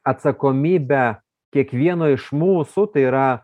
atsakomybę kiekvieno iš mūsų tai yra